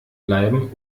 bleiben